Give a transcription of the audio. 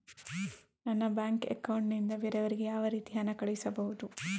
ನನ್ನ bank account ನಿಂದ ಬೇರೆಯವರಿಗೆ ಯಾವ ರೀತಿ ಹಣ ಕಳಿಸಬಹುದು?